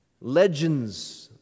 legends